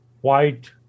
white